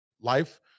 life